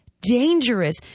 dangerous